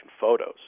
photos